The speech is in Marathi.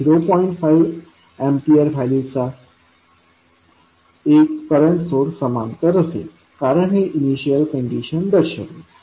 5 एम्पीयर व्हॅल्यू चा एक करंट सोर्स समांतर असेल कारण हे इनिशियल कंडीशन दर्शवेल